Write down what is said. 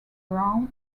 brown